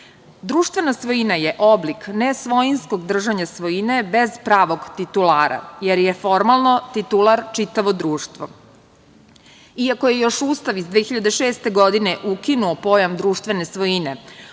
Društvena svojina je oblik nesvojinskog držanja svojine, bez pravog titulara, jer je formalno titular čitavo društvo. Iako je još Ustav iz 2006. godine ukinuo pojam društvene svojine,